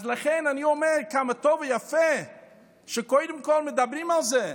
לכן אני אומר שכמה טוב ויפה שקודם כול מדברים על זה.